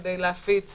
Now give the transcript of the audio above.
כדי להפיץ